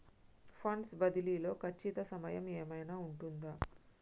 Funds బదిలీ లో ఖచ్చిత సమయం ఏమైనా ఉంటుందా?